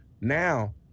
now